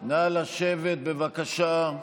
לשבת, בבקשה.